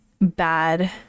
bad